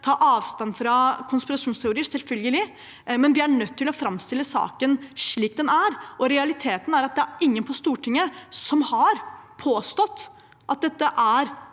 ta avstand fra konspirasjonsteorier, er selvfølgelig bra, men vi er nødt til å framstille saken slik den er. Realiteten er at ingen på Stortinget har påstått at dette er